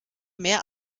mehr